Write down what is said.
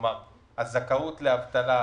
כלומר הזכאות לאבטלה,